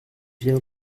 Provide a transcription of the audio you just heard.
viens